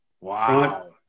Wow